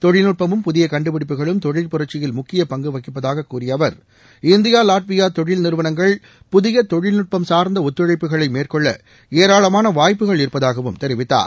தொழில்நுட்பமும் புதிய கண்டுபிடிப்புகளும் தொழிற்புரட்சியில் முக்கிய பங்கு வகிப்பதாகக் கூறிய அவர் இந்தியா லாட்வியா தொழில் நிறுவனங்கள் புதிய தொழில்நுட்பம் சார்ந்த ஒத்துழைப்புகளை மேற்கொள்ள ஏராளமான வாய்ப்புகள் இருப்பதாகவும் தெரிவித்தார்